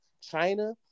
China